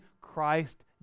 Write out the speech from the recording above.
Christ